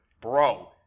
Bro